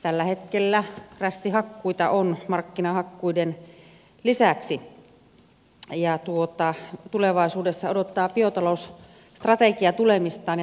tällä hetkellä rästihakkuita on markkinahakkuiden lisäksi ja tulevaisuudessa odottaa biotalousstrategia tulemistaan ja täyttymistään